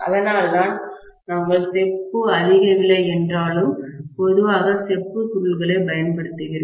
அதனால்தான் நாங்கள் செப்பு அதிக விலை என்றாலும் பொதுவாக செப்பு சுருள்களைப் பயன்படுத்துகிறோம்